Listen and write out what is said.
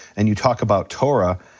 and you talk about torah,